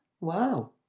Wow